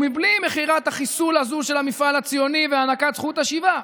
ובלי מכירת החיסול הזו של המפעל הציוני והענקת זכות השיבה.